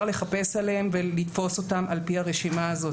לחפש עליהם ולתפוס אותם על פי הרשימה הזאת.